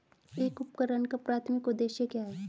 एक उपकरण का प्राथमिक उद्देश्य क्या है?